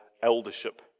eldership